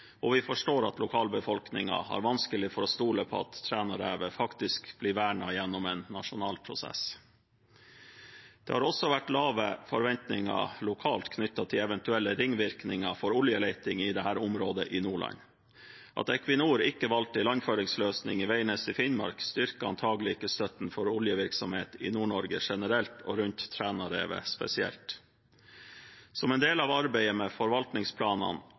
år. Vi forstår at lokalbefolkningen har vanskelig for å stole på at Trænarevet faktisk blir vernet gjennom en nasjonal prosess. Det har også vært lave forventninger lokalt knyttet til eventuelle ringvirkninger for oljeleting i dette området i Nordland. At Equinor ikke valgte ilandføringsløsning på Veidnes i Finnmark, styrker antakelig ikke støtten til oljevirksomhet i Nord-Norge generelt og rundt Trænarevet spesielt. Som en del av arbeidet med forvaltningsplanene